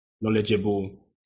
knowledgeable